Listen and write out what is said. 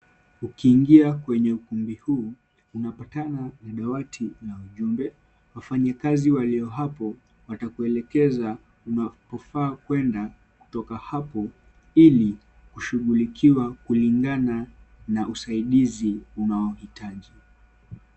Ukiingia kwenye ukumbi huu unapatana na dawati la ujumbe wafanyakazi walio hapo watakuelekeza unapofaa kwenda kutoka hapo ili kushughulikiwa kulingana na usaidizi unao hitaji.